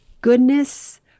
goodness